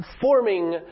forming